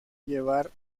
llevar